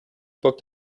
booked